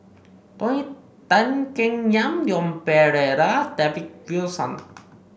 Tony Tan Keng Yam Leon Perera and David Wilson